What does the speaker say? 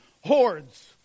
hordes